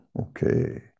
okay